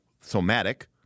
somatic